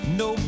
no